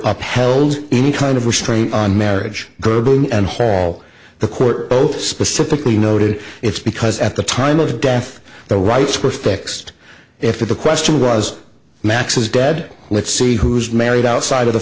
upheld any kind of restraint on marriage and hall the court both specifically noted it's because at the time of the death the rights were fixed if the question was max's dead let's see who's married outside of the